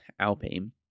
Alpine